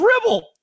dribble